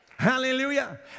Hallelujah